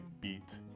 beat